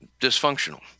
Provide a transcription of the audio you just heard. dysfunctional